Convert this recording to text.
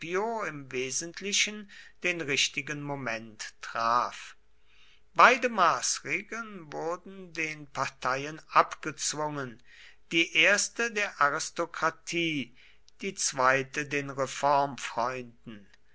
im wesentlichen den richtigen moment traf beide maßregeln wurden den parteien abgezwungen die erste der aristokratie die zweite den